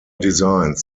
designs